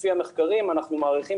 שלפי המחקרים אנחנו מעריכים